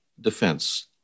defense